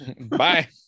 Bye